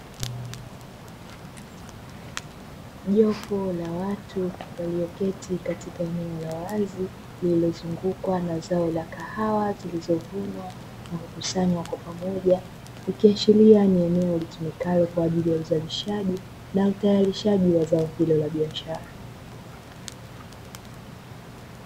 Jopo la watu walioketi katika eneo la wazi lililozungukwa na zao la kahawa zilizovunwa na kukusanywa kwa pamoja, ikiashiria ni eneo litumikalo kwaajili ya uzalishaji na utayarishaji wa zao hilo la biashara.